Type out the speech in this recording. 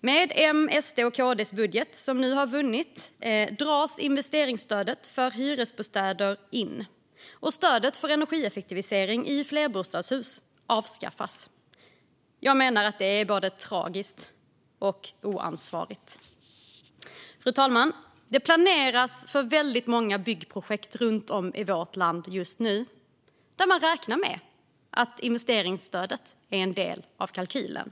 med M:s, SD:s och KD:s budget, som nu har vunnit, dras investeringsstödet för hyresbostäder in, och stödet för energieffektiviseringar i flerbostadshus avskaffas. Det är både tragiskt och oansvarigt. Fru talman! Det planeras många byggprojekt runt om i vårt land just nu, där investeringsstödet är en del av kalkylen.